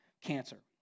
cancer